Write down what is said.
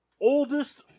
oldest